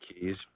Keys